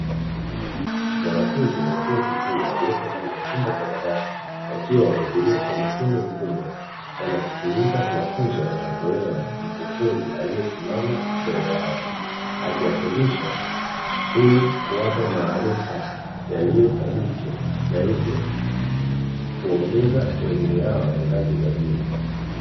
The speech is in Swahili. Wanafunzi wa chuo kikuu waliopo ndani ya chumba cha darasa wakiwa wametulia kwa makini mkubwa wanasikiliza mafunzo yanayotolewa na mkufunzi aliyesimama mbele yao, akiwafundisha ili kuwapa maarifa yaliyo thabiti na hivyo kuongeza elimu yao ya ngazi za juu.